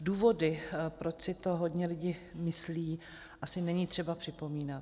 Důvody, proč si to hodně lidí myslí, asi není třeba připomínat.